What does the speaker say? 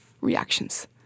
reactions